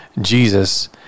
Jesus